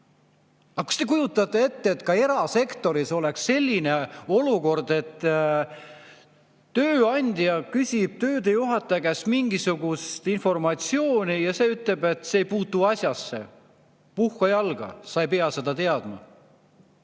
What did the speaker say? Kas te kujutate ette, et erasektoris oleks selline olukord, et tööandja küsib töödejuhataja käest mingisugust informatsiooni ja see ütleb, et see ei puutu asjasse? "Puhka jalga, sa ei pea seda teadma!"